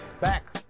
back